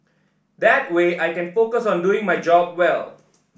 that way I can focus on doing my job well